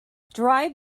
drive